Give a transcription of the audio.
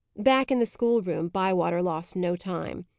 back in the school-room, bywater lost no time.